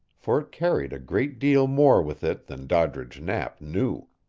for it carried a great deal more with it than doddridge knapp knew.